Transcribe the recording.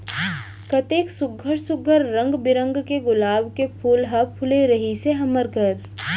कतेक सुग्घर सुघ्घर रंग बिरंग के गुलाब के फूल ह फूले रिहिस हे हमर घर